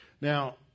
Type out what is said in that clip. Now